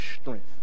strength